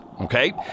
okay